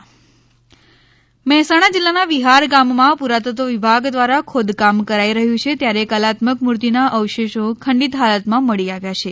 મહેસાણા મૂર્તિ મહેસાણા જિલ્લાના વિહાર ગામમાં પુરાતત્વ વિભાગ દ્વારા ખોદકામ કરાઇ રહ્યું છે ત્યારે કલાત્મક મૂર્તિના અવશેષો ખંડિત હાલતમાં મળી આવ્યા છે